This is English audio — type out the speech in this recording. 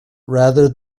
rather